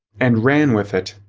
and ran with it.